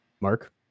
Mark